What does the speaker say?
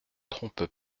trompe